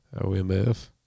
OMF